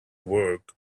work